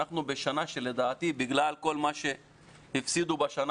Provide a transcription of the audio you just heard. אנחנו בשנה שלדעתי בגלל כל מה שהפסידו בשנה